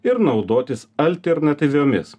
ir naudotis alternatyviomis